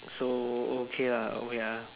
so okay lah oh ya